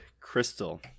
Crystal